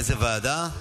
איזו ועדה?